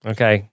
Okay